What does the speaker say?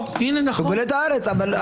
מלח הארץ?